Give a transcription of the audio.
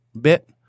bit